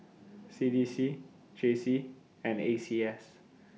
C D C J C and A C S